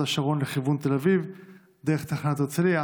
השרון לכיוון תל אביב דרך תחנת הרצליה?